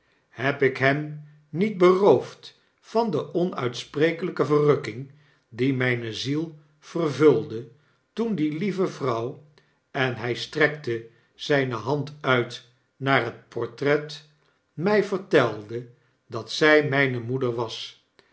heb ik hem niet beroofd van de onuitsprekelpe verrukking die mjjne zielvervulde toen die lieve vrouw en hg strekte zijne hand uit naar het portret mg vertelde dat zg mgne moeder was